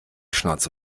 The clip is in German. schnauze